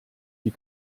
die